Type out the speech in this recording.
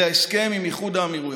להסכם עם איחוד האמירויות.